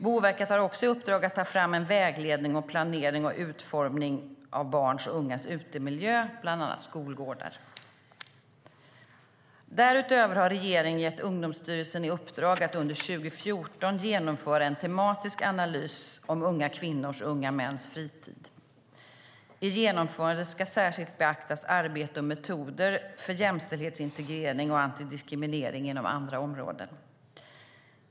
Boverket har också i uppdrag att ta fram en vägledning om planering och utformning av barns och ungas utemiljö, bland annat skolgårdar. Därutöver har regeringen gett Ungdomsstyrelsen i uppdrag att under 2014 genomföra en tematisk analys av unga kvinnors och unga mäns fritid. I genomförandet ska särskilt beaktas arbete och metoder för jämställdhetsintegrering och antidiskriminering inom andra områden.